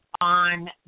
on